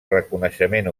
reconeixement